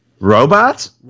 Robots